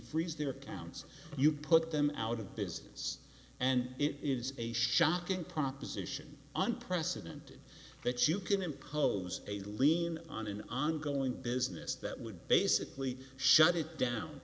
freeze their accounts you put them out of business and it is a shocking proposition unprecedented that you can impose a lien on an ongoing business that would basically shut it down